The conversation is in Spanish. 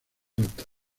altas